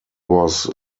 was